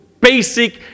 basic